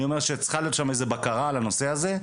אני אומר שצריכה להיות שם איזה בקרה על הנושא הזה,